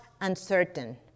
uncertain